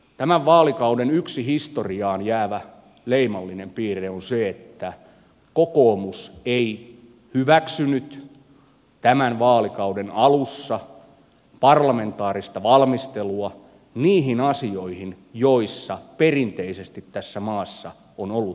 tämän vaalikauden yksi historiaan jäävä leimallinen piirre on se että kokoomus ei hyväksynyt tämän vaalikauden alussa parlamentaarista valmistelua niihin asioihin joissa perinteisesti tässä maassa on ollut parlamentaarinen valmistelu